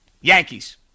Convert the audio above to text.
Yankees